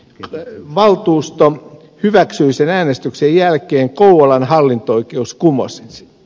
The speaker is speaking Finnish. valtuusto hyväksyi sen äänestyksen jälkeen kouvolan hallinto oikeus kumosi sen